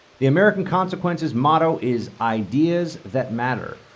the american consequences motto is ideas that matter.